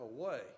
away